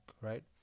right